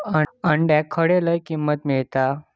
अंड्याक खडे लय किंमत मिळात?